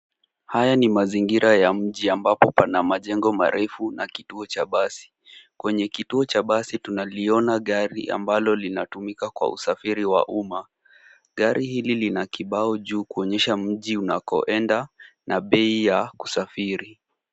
Haya ni mazingira ya mji ambapo pana majengo marefu na kituo cha basi. Kwenye kituo cha basi tunaliona gari ambalo linatumika kwa usafiri wa umma. Gari hili lina kibao juu kuonyesha mji unakoenda na bei ya usafiri.